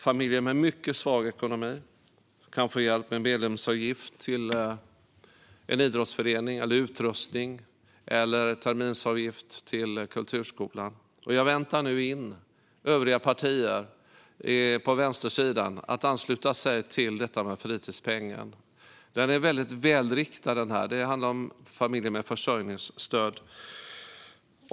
Familjer med mycket svag ekonomi skulle kunna få hjälp med medlemsavgift till en idrottsförening, med utrustning eller med terminsavgift till kulturskolan. Jag väntar nu in att övriga partier, på vänstersidan, ska ansluta sig till detta med fritidspengen. Den är väldigt välriktad - det handlar om familjer med försörjningsstöd.